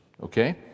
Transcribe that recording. Okay